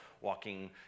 walking